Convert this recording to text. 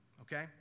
okay